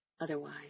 otherwise